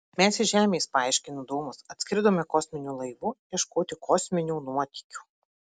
mes iš žemės paaiškino domas atskridome kosminiu laivu ieškoti kosminių nuotykių